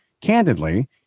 candidly